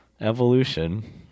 Evolution